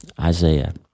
Isaiah